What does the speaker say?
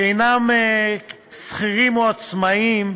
שאינם שכירים או עצמאים,